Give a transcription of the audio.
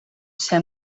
ser